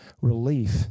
relief